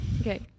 okay